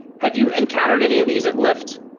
have you encountered any of these at lyft?